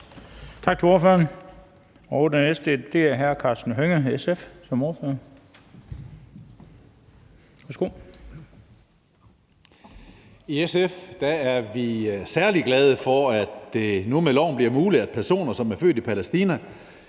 I SF er vi særlig glade for, at det nu med loven bliver muligt, at personer, som er født i Palæstina,